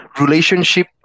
relationship